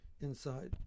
inside